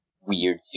weird